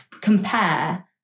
compare